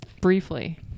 Briefly